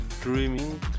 dreaming